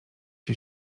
się